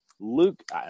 Luke